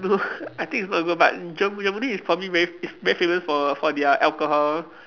no I think it's not even but German Germany is probably very is very famous for for their alcohol